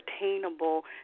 attainable